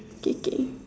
k k